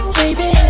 baby